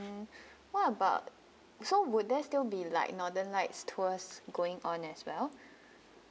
mm what about so would there still be like northern lights tours going on as well